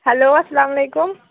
hello اسلام علیکُم